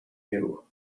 you